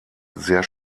sehr